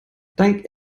dank